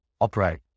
operate